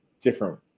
different